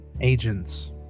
agents